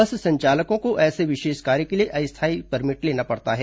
बस संचालकों को ऐसे विशेष कार्य के लिए अस्थायी परमिट लेना पड़ता है